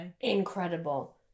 incredible